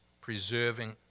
preserving